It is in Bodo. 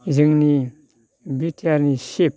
जोंनि बि टि आर नि सिफ